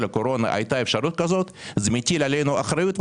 הקורונה הייתה אפשרות כזאת זה מטיל עלינו אחריות.